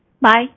bye